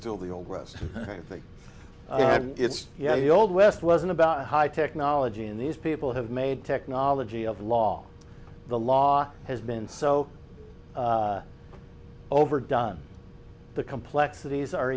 still the old west kind of thing it's yeah the old west wasn't about high technology and these people have made technology of law the law has been so overdone the complexities are